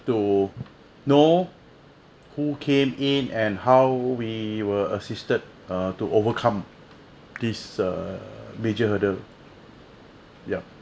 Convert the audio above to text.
to know who came in and how we were assisted err to overcome this err major hurdle yup